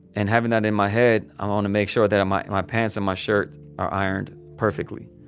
and, having that in my head, i want to make sure that my my pants and my shirt are ironed perfectly.